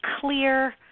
clear